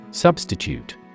Substitute